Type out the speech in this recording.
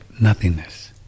nothingness